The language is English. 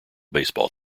baseball